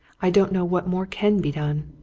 i don't know what more can be done.